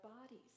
bodies